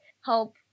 help